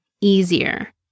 easier